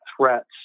threats